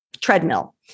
treadmill